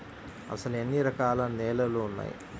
అసలు ఎన్ని రకాల నేలలు వున్నాయి?